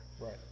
Right